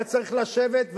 היה צריך לשבת,